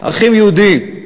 ערכים יהודיים.